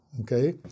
okay